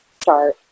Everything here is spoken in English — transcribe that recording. start